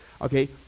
Okay